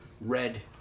red